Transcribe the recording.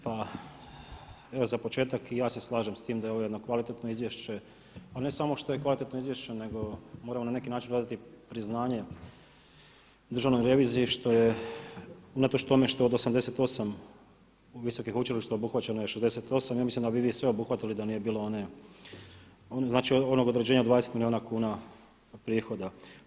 Pa evo za početak i ja se slažem s tim da je ovo jedno kvalitetno izvješće ali ne samo što je kvalitetno izvješće nego moramo na neki način odati priznanje Državnoj reviziji što je unatoč tome što je od 88 visokih učilišta obuhvaćeno je 68, ja mislim da bi vi se obuhvatili da nije bilo onog određena od 20 milijuna kuna prihoda.